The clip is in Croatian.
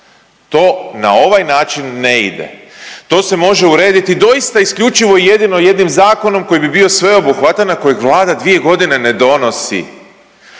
to na ovaj način ne ide. To se može urediti doista i isključivo i jedino jednim zakonom koji bi bio sveobuhvatan, a kojeg Vlada dvije godine ne donosi.